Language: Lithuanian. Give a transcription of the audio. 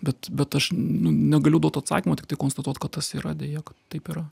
bet bet aš nu negaliu duot atsakymo tiktai konstatuot kad tas yra deja taip yra